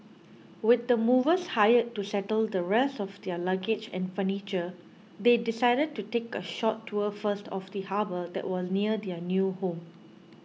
with the movers hired to settle the rest of their luggage and furniture they decided to take a short tour first of the harbour that was near their new home